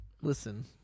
Listen